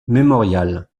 memorial